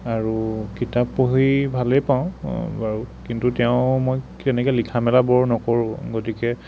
আৰু কিতাপ পঢ়ি ভালেই পাওঁ বাৰু কিন্তু তেওঁ মই তেনেকৈ লিখা মেলাবোৰ নকৰোঁ গতিকে